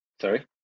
Sorry